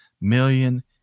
million